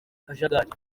kajagari